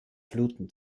fluten